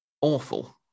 awful